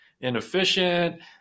inefficient